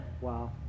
Wow